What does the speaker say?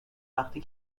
وقتی